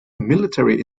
military